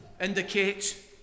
indicate